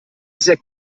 sehr